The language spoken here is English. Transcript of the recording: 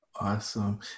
Awesome